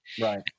Right